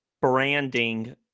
branding